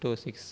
two six